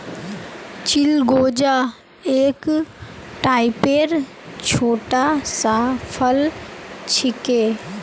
चिलगोजा एक टाइपेर छोटा सा फल छिके